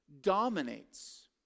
dominates